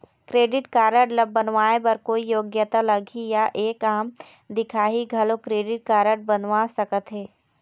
Credit card ला बनवाए बर कोई योग्यता लगही या एक आम दिखाही घलो क्रेडिट कारड बनवा सका थे?